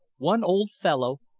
one old fellow,